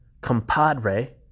compadre